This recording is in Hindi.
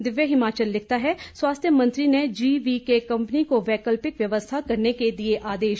दिव्य हिमाचल लिखता है स्वास्थ्य मंत्री ने जीवीके कम्पनी को वैकल्पिक व्यवस्था करने के दिए आदेश